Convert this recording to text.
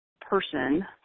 person